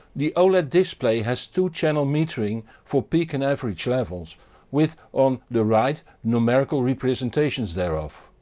the oled display has two channel metering for peak and average levels with on the right numerical representations thereof.